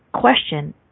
question